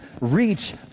reach